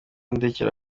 ndekera